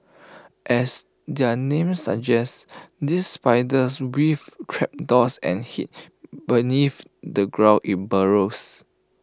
as their name suggests these spiders weave trapdoors and hid beneath the ground in burrows